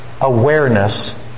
awareness